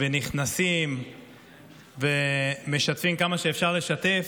נכנסים ומשתפים, כמה שאפשר לשתף,